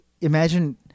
imagine